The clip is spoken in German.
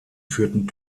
führten